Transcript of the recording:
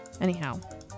Anyhow